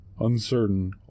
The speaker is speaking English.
uncertain